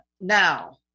now